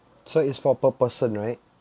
so it's for per person right